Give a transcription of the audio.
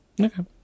Okay